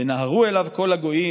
ונהרו אליו כל הגוים.